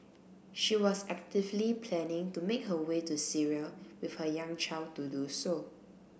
she was actively planning to make her way to Syria with her young child to do so